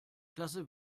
klasse